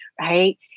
right